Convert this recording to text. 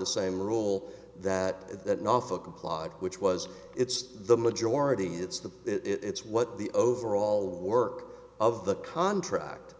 the same rule that that norfolk applied which was it's the majority it's the it's what the overall work of the contract